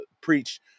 preach